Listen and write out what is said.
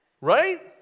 Right